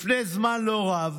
לפני זמן לא רב